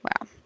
Wow